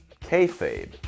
kayfabe